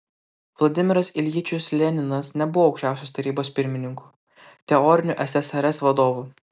vladimiras iljičius leninas nebuvo aukščiausios tarybos pirmininku teoriniu ssrs vadovu